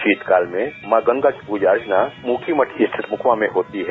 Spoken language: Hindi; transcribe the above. शीतकाल में मां गंगा की पूजा अर्चना मूखी मठ के छंठ मूखवा में होती है